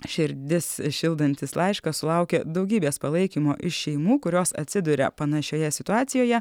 širdis šildantis laiškas sulaukė daugybės palaikymo iš šeimų kurios atsiduria panašioje situacijoje